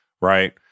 Right